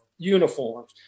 uniforms